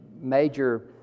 major